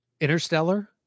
Interstellar